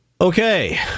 Okay